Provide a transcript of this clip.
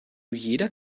jeder